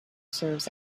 serves